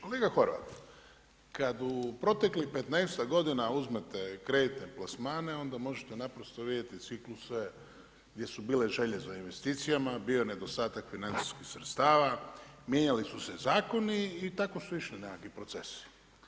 Kolega Horvat, kada u proteklih 15-akgodina uzmete kreditne plasmane onda možete naprosto vidjeti cikluse gdje su bile želje za investicijama, bio je nedostatak financijskih sredstava, mijenjali su se zakoni i tako su išli nekakvi procesi.